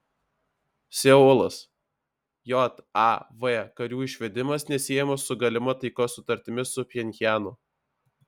seulas jav karių išvedimas nesiejamas su galima taikos sutartimi su pchenjanu